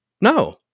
No